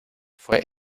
fue